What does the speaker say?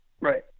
Right